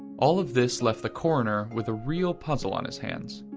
all of this left the coroner with a real puzzle on his hands.